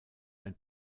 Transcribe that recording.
ein